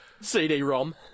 CD-ROM